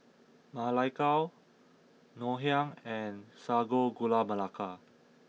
Ma Lai Gao Ngoh Hiang and Sago Gula Melaka